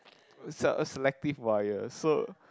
se~ selective wire so